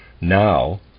now